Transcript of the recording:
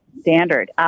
standard